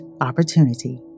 opportunity